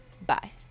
Bye